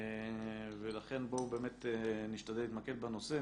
לכן בואו באמת נשתדל להתמקד בנושא.